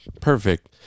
Perfect